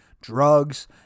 drugs